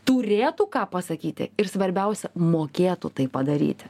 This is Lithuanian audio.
turėtų ką pasakyti ir svarbiausia mokėtų tai padaryti